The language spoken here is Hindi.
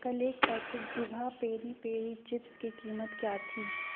कल एक पैकेट दिभा पेरी पेरी चिप्स की कीमत क्या थी